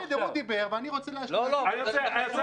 בסדר, הוא דיבר ואני רוצה ------ אני רוצה